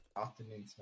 Afternoon